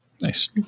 Nice